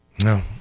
No